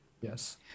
yes